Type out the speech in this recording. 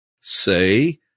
Say